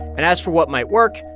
and as for what might work,